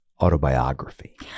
autobiography